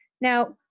Now